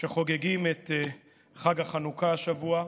שחוגגים את חג החנוכה השבוע.